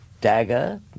Dagger